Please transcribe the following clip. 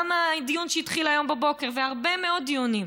גם בדיון שהתחיל היום בבוקר, ובהרבה מאוד דיונים,